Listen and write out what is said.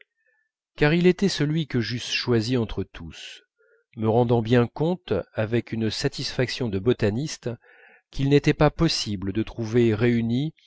car il était celui que j'eusse choisi entre tous me rendant bien compte avec une satisfaction de botaniste qu'il n'était pas possible de trouver réunies